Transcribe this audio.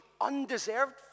undeserved